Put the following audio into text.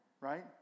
Right